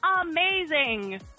amazing